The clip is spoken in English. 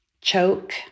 choke